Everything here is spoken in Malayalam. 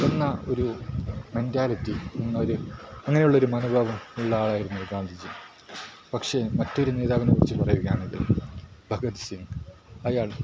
എന്ന ഒരു മെൻറ്റാലിറ്റി എന്നൊരു അങ്ങനെയുള്ളൊരു മനോഭാവം ഉള്ള ആളായിരുന്നു ഗാന്ധിജി പക്ഷേ മറ്റൊരു നേതാവിനെക്കുറിച്ച് പറയുകയാണെങ്കിൽ ഭഗത് സിംഗ് അയാൾ